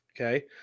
Okay